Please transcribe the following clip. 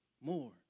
more